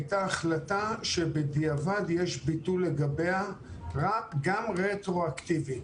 הייתה החלטה שבדיעבד יש ביטול לגביה גם רטרואקטיבית.